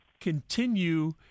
continue